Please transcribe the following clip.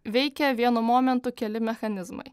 veikia vienu momentu keli mechanizmai